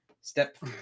Step